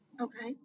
Okay